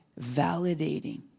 Validating